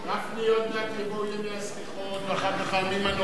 ימי הסליחות ואחר כך הימים הנוראים,